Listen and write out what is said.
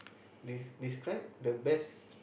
des~ describe the best